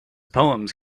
poems